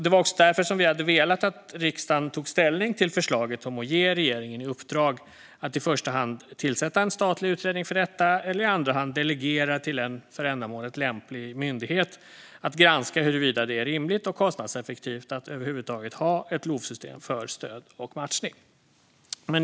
Det är också därför som vi skulle vilja att riksdagen tog ställning till förslaget om att ge regeringen i uppdrag att i första hand tillsätta en statlig utredning för detta eller i andra hand delegera till en för ändamålet lämplig myndighet att granska huruvida det är rimligt och kostnadseffektivt att överhuvudtaget ha ett LOV-system för stöd och matchning.